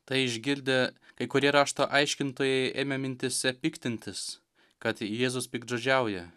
tai išgirdę kai kurie rašto aiškintojai ėmė mintyse piktintis kad jėzus piktžodžiauja